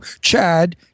chad